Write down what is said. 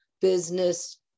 business